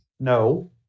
No